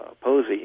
Posey